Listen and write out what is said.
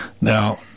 Now